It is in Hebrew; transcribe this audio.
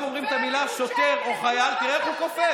רק אומרים את המילה "שוטר" או "חייל" תראה איך הוא קופץ,